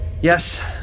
Yes